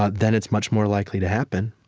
ah then it's much more likely to happen.